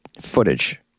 footage